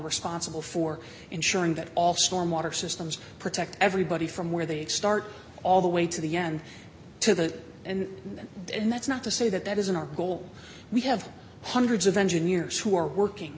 responsible for ensuring that all storm water systems protect everybody from where they start all the way to the end to the and and that's not to say that that isn't our goal we have hundreds of engineers who are working